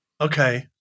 Okay